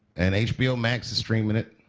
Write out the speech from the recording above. and hbo max is streaming it.